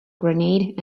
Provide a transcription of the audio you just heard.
grenade